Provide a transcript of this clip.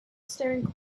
staring